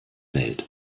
welt